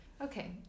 Okay